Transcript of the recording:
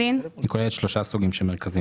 שלושה סוגים של מרכזים: